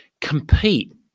compete